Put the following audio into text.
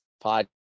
pod